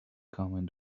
coming